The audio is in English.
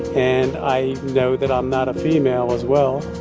and i know that i'm not a female, as well